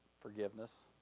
forgiveness